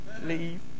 Leave